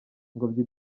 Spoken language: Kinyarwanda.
ngobyi